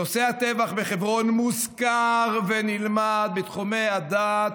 נושא הטבח בחברון מוזכר ונלמד בתחומי הדעת,